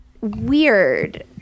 weird